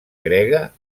grega